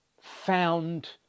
found